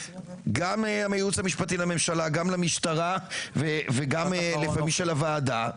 גם הייעוץ המשפטי לממשלה וגם של המשטרה וגם לפעמים של הוועדה,